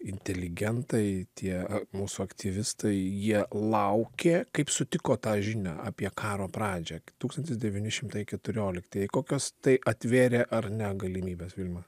inteligentai tie mūsų aktyvistai jie laukė kaip sutiko tą žinią apie karo pradžią tūkstantis devyni šimtai keturioliktieji kokios tai atvėrė ar ne galimybes vilma